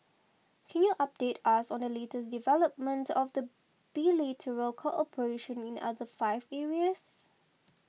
can you update us on the latest development of the bilateral cooperation in other five areas